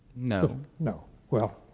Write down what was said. no. no, well,